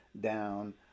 down